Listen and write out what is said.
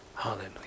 Hallelujah